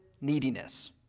neediness